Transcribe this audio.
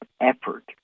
effort